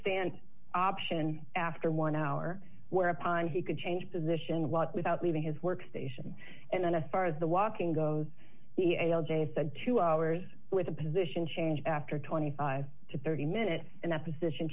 stand option after one hour whereupon he could change position walk without leaving his workstation and then as far as the walking goes said two hours with a position change after twenty five to thirty minutes and that position